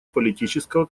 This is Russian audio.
политического